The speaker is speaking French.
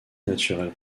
naturelle